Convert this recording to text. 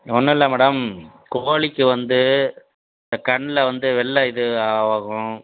ஒன்றுல்ல மேடம் கோழிக்கு வந்து இந்தக் கண்ணில் வந்து வெள்ளை இது ஆகும்